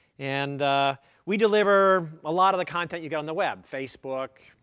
and we deliver a lot of the content you get on the web facebook,